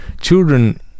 children